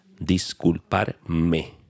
disculparme